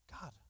God